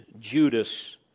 Judas